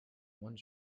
one